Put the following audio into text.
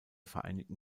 vereinigten